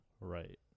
Right